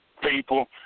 people